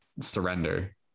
surrender